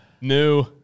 new